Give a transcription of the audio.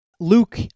Luke